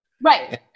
Right